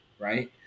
right